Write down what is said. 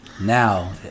now